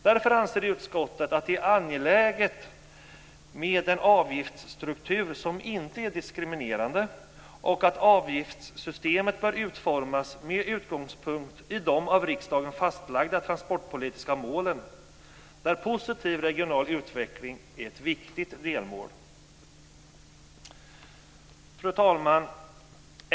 Därför anser utskottet att det är angeläget med en avgiftsstruktur som inte är diskriminerande och att avgiftssystemet bör utformas med utgångspunkt i de av riksdagen fastlagda transportpolitiska målen, där positiv regional utveckling är ett viktigt delmål. Fru talman!